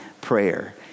prayer